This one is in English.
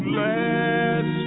last